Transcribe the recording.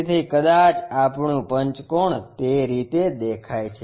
તેથી કદાચ આપણું પંચકોણ તે રીતે દેખાય છે